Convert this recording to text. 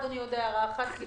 הערה אחת: